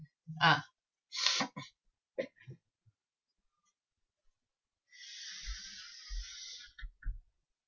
ah